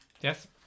Yes